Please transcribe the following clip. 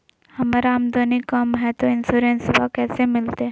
हमर आमदनी कम हय, तो इंसोरेंसबा कैसे मिलते?